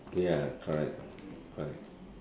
ya correct correct